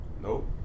nope